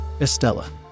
Estella